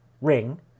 ring